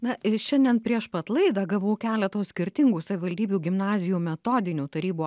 na šiandien prieš pat laidą gavau keleto skirtingų savivaldybių gimnazijų metodinių tarybų